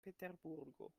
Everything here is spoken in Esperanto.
peterburgo